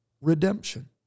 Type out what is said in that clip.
redemption